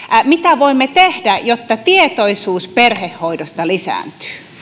mitä voimme tehdä jotta tietoisuus perhehoidosta lisääntyy